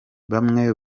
bamwe